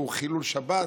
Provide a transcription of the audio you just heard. והוא חילול שבת,